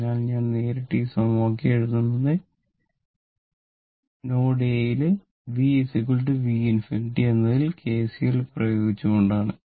അതിനാൽ നേരിട്ട് ഞാൻ ഈ സമവാക്യം എഴുതുന്നത് നോഡ് A v v ∞ എന്നതിൽ KCL പ്രയോഗിച്ചുകൊണ്ടാണ്